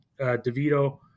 DeVito